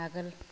आगोल